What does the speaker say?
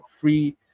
free